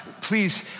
please